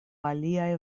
aliaj